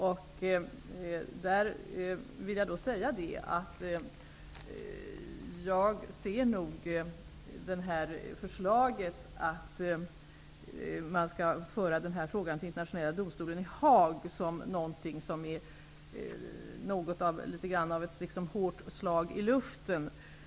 Jag vill säga att jag ser förslaget om att föra denna fråga till Internationella domstolen i Haag som någonting som är litet grand av ett hårt slag i luften.